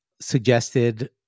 suggested